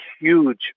huge